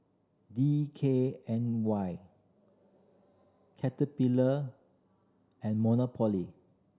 D K N Y Caterpillar and Monopoly